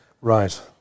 Right